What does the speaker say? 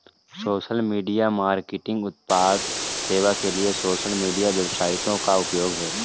social media marketing उत्पाद सेवा के लिए सोशल मीडिया वेबसाइटों का उपयोग है